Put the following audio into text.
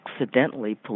accidentally